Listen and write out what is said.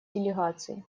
делегаций